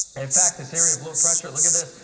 in in fact, this area of low pressure, look at this.